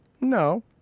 No